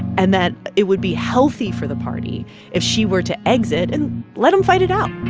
and that it would be healthy for the party if she were to exit, and let them fight it out